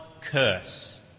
curse